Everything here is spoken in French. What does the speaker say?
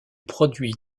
produit